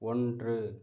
ஒன்று